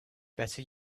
better